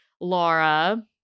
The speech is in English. laura